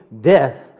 death